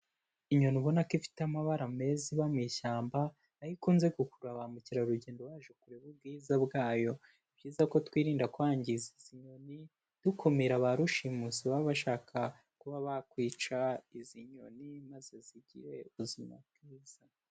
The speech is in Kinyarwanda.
Inyoni ubona ko ifite amabara meza iba mu ishyamba, aho ikunze gukurura ba mukerarugendo baje kureba ubwiza bwayo, ni byiza ko twirinda kwangiza izi inyoni dukumira ba rushimusi baba bashaka kuba bakwica izi nyoni, maze zigire ubuzima bwiza.